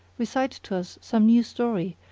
recite to us some new story,